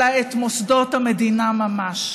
אלא את מוסדות המדינה ממש.